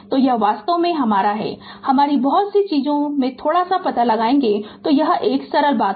तो यह वास्तव में हमारा क्या है हमारी बहुत सी चीजों में से थोड़ा सा पता है कि यह सरल बात है